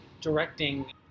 directing